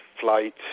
flight